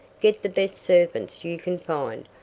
get the best servants you can find.